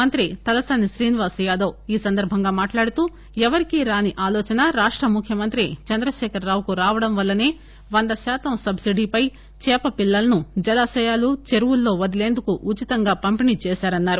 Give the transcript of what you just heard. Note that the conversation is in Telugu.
మంత్రి తలసాని శ్రీనివాస్ యాదవ్ ఈ సందర్భంగా మాట్లాడుతూ ఎవరికీ రాని ఆలోచన రాష్ట ముఖ్యమంత్రి చంద్రశేఖర్ రావుకు రావడంవల్లసే వందశాతం సబ్బిడీపై చేపపిల్లలను జలాశయాలుచెరువులలో వదిలేందుకు ఉచితంగా పంపిణీ చేస్తున్సా రన్సారు